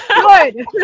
Good